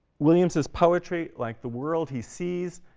williams's poetry, like the world he sees,